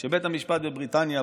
כשבית המשפט בבריטניה,